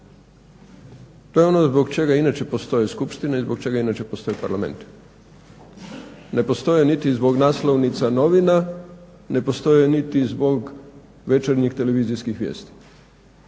To je ono zbog čega inače postoje skupštine i zbog čega postoje inače parlamenti. Ne postoje niti zbog naslovnica novina, ne postoje niti zbog večernjih televizijskih vijesti,